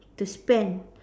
to spend